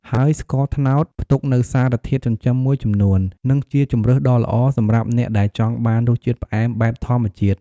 ហើយស្ករត្នោតផ្ទុកនូវសារធាតុចិញ្ចឹមមួយចំនួន និងជាជម្រើសដ៏ល្អសម្រាប់អ្នកដែលចង់បានរសជាតិផ្អែមបែបធម្មជាតិ។